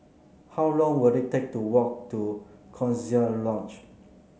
how long will it take to walk to Coziee Lodge